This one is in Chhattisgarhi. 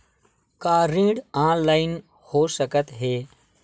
का ऋण ऑनलाइन हो सकत हे?